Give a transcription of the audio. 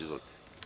Izvolite.